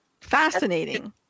Fascinating